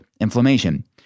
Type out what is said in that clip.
inflammation